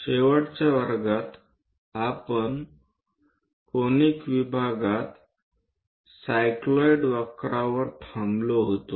शेवटच्या वर्गात आपण कोनिक विभागात सायक्लाईड वक्रावर थांबलो होतो